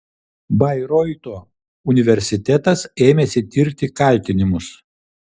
bairoito universitetas ėmėsi tirti kaltinimus